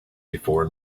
before